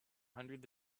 hundreds